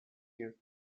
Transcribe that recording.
you